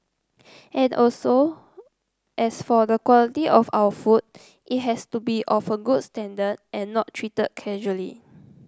at also as for the quality of our food it has to be of a good standard and not treated casually